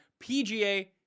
PGA